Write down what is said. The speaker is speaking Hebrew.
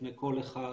בפני כל אחד,